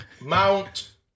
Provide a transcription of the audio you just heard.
Mount